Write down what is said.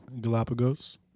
Galapagos